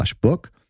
book